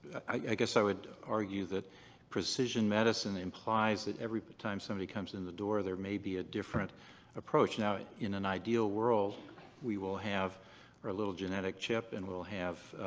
i guess i would argue that precision medicine implies that every time somebody comes in the door there may be a different approach. now in an ideal world we will have our little genetic chip and we'll have